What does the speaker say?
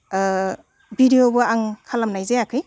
भिडिय'बो आं खालामनाय जायाखै